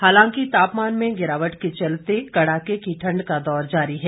हालांकि तापमान में गिरावट के चलते कड़ाके की ठंड का दौर जारी है